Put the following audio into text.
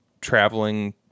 traveling